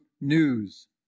news